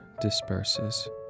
disperses